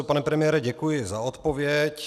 Pane premiére, děkuji za odpověď.